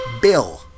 Bill